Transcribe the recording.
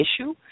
issue